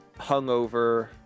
hungover